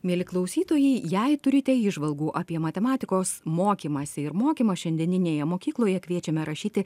mieli klausytojai jei turite įžvalgų apie matematikos mokymąsi ir mokymą šiandieninėje mokykloje kviečiame rašyti